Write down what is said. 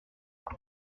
quoi